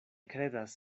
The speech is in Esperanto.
kredas